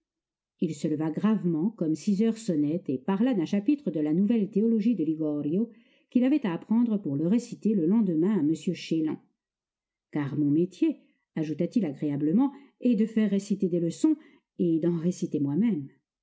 il se leva gravement comme six heures sonnaient et parla d'un chapitre de la nouvelle théologie de ligorio qu'il avait à apprendre pour le réciter le lendemain à m chélan car mon métier ajouta-t-il agréablement est de faire réciter des leçons et d'en réciter moi-même